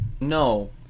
No